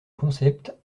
concept